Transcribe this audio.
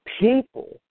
people